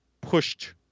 pushed